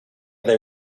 they